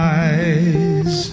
eyes